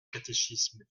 catéchisme